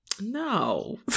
No